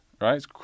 right